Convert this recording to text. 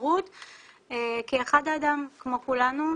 שירות כאחד האדם, כמו כולנו.